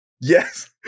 yes